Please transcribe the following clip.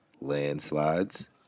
Landslides